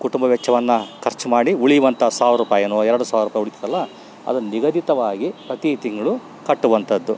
ಕುಟುಂಬ ವೆಚ್ಚವನ್ನು ಖರ್ಚು ಮಾಡಿ ಉಳಿವಂಥ ಸಾವಿರ ರುಪೈಯನ್ನೋ ಎರಡು ಸಾವಿರ ರೂಪಾಯಿ ಉಳಿತದಲ್ಲ ಅದನ್ನ ನಿಗದಿತವಾಗಿ ಪ್ರತಿ ತಿಂಗಳು ಕಟ್ಟುವಂಥದ್ದು